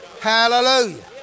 Hallelujah